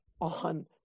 on